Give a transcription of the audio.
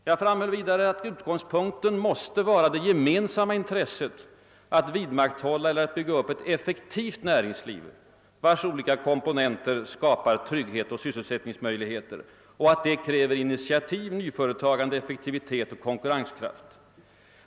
Jag framhöll vidare, att utgångspunkten måste vara det gemensamma intresset att vidmakthålla eller bygga upp ett effektivt näringsliv, vars olika komponenter skapar trygghet och sysselsättningsmöjligheter, och att detta kräver initiativ, nyföretagande, effektivitet och konkurrenskraft.